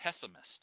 pessimist